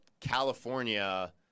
California –